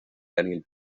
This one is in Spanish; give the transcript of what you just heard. daniel